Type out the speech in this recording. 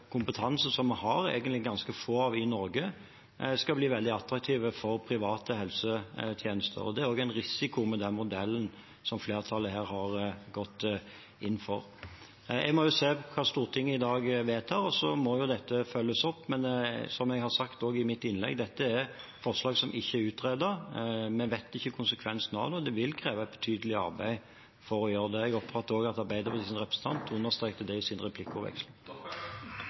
kompetanse som vi egentlig har ganske lite av i Norge, skal bli veldig attraktiv for private helsetjenester. Det er også en risiko med den modellen flertallet her har gått inn for. Jeg må se hva Stortinget i dag vedtar, og så må dette følges opp. Men som jeg har sagt, også i mitt innlegg: Dette er forslag som ikke er utredet. Vi vet ikke konsekvensene av det, og det vil kreve et betydelig arbeid for å gjøre det. Jeg oppfattet at Arbeiderpartiets representant også understreket det i